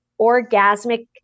orgasmic